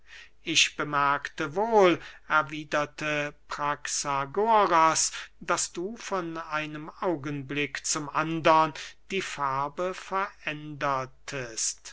ich bemerkte wohl erwiederte praxagoras daß du von einem augenblick zum andern die farbe verändertest